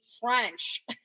French